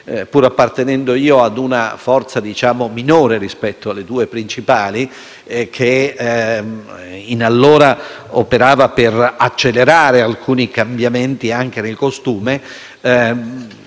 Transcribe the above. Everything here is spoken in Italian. Pur appartenendo io a una forza minore rispetto alle due principali, che allora operava per accelerare alcuni cambiamenti anche nel costume,